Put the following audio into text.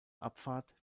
abfahrt